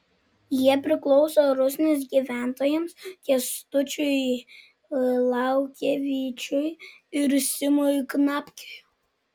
jie priklauso rusnės gyventojams kęstučiui laukevičiui ir simui knapkiui